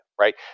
right